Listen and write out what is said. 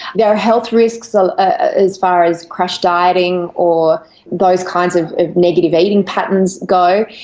there are health risks so ah as far as crash dieting or those kinds of negative eating patterns go.